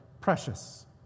precious